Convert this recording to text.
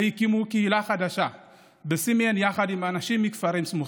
והם הקימו קהילה חדשה בסמן יחד עם אנשים מכפרים סמוכים.